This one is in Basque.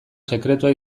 sekretua